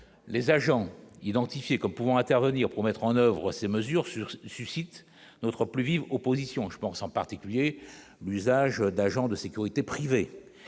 les agents identifiés comme pouvant intervenir pour mettre en oeuvre ces mesures sur ce suscite notre plus vive opposition je pense en particulier l'usage d'agents de sécurité privées